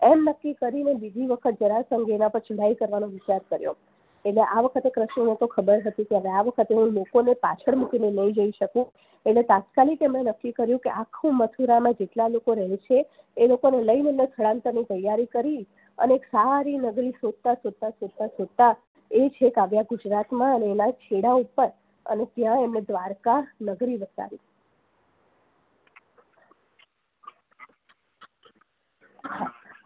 એમ નક્કી કરીને બીજી વખત જરાસંઘ એ એના પછી ચડાઈ કરવાનો વિચાર કર્યો એટલે આ વખતે કૃષ્ણને ખબર હતી કે આ વખતે લોકોને પાછળ મૂકીને નહીં જઈ શકું એટલે તાત્કાલિક એમણે નક્કી કર્યું કે આખું મથુરામાં જેટલા લોકો રહે છે એ લોકોને લઈને મેં સ્થળાંતરની તૈયારી કરી અને એક સારી નગરી શોધતા શોધતા શોધતા એ છેક આવ્યા ગુજરાતમાં ને એના છેડા ઉપર અને ત્યાં એમણે દ્વારકા નગરી વસાવી